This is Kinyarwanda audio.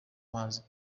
mazi